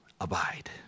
abide